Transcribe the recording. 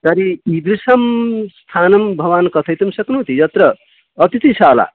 तर्हि ईदृशं स्थानं भवान् कथितुं शक्नोति यत्र अतिथिशाला